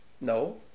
no